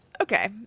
okay